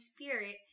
spirit